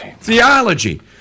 Theology